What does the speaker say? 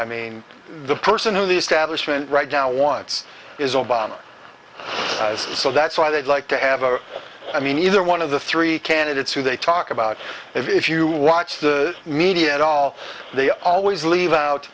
i mean the person who the stablish went right now wants is obama so that's why they'd like to have a i mean either one of the three candidates who they talk about if you watch the media at all they always leave out